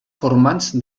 formants